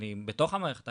אני בתוך המערכת,